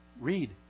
read